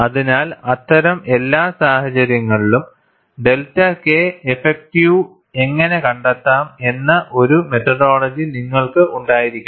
അതിനാൽ അത്തരം എല്ലാ സാഹചര്യങ്ങളിലുംഡെൽറ്റ K ഇഫക്റ്റീവ് എങ്ങനെ കണ്ടെത്താം എന്ന ഒരു മെത്തഡോളജി നിങ്ങൾക്ക് ഉണ്ടായിരിക്കണം